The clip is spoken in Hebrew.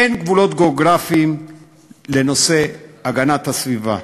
אין גבולות גיאוגרפיים לנושא הגנת הסביבה.